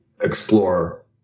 explore